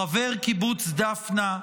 חבר קיבוץ דפנה,